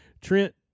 Trent